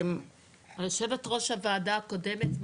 יושבת ראש הוועדה הקודמת.